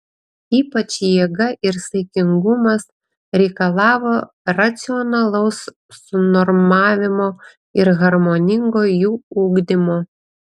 ypač jėga ir saikingumas reikalavo racionalaus sunormavimo ir harmoningo jų ugdymo